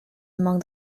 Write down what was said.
among